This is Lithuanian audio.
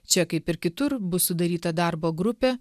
čia kaip ir kitur bus sudaryta darbo grupė